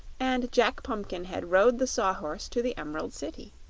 and jack pumpkinhead rode the saw-horse to the emerald city.